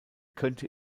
könnte